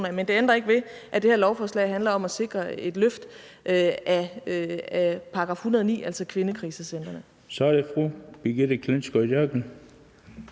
Men det ændrer ikke ved, at det her lovforslag handler om at sikre et løft af § 109, der handler om kvindekrisecentrene.